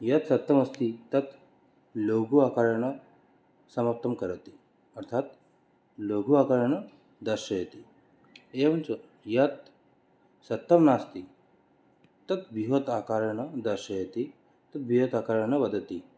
यत्सत्यम् अस्ति तत् लघु आकारेण समाप्तङ्करोति अर्थात् लघु आकारेण दर्शयति एवञ्च यत् सत्यं नास्ति तत् बृहत् आकारेण दर्शयति तद्बृहत् आकारेण वदति